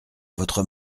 votre